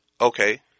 Okay